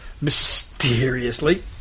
Mysteriously